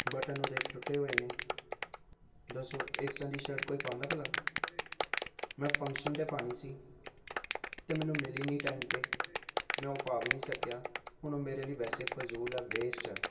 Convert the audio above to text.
button ਉਹਦੇ ਟੁੱਟੇ ਹੋਏ ਨੇ ਦੱਸੋ ਇਸ ਤਰ੍ਹਾਂ ਦੀ ਸ਼ਰਟ ਕੋਈ ਪਾਉਂਦਾ ਭਲਾ ਮੈਂ ਫੰਕਸ਼ਨ 'ਤੇ ਪਾਉਣੀ ਸੀ ਅਤੇ ਮੈਨੂੰ ਮਿਲੀ ਨਹੀਂ ਟਾਈਮ 'ਤੇ ਮੈਂ ਉਹ ਪਾ ਵੀ ਨਹੀਂ ਸਕਿਆ ਹੁਣ ਉਹ ਮੇਰੇ ਲਈ ਵੈਸੇ ਫਜ਼ੂਲ ਹੈ ਵੇਸਟ ਹੈ